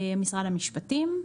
משרד המשפטים,